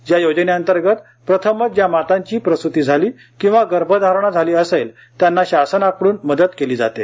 या योजने अंतर्गत प्रथमच ज्या मातांची प्रसूती झाली किंवा गर्भधारणा झाली असेल त्यांना शासनाकडून मदत केली जाते